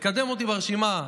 לקדם אותי ברשימה.